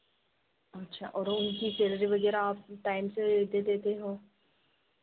अच्छा और उनकी सैलरी वगैरह आप टाइम से दे देते हो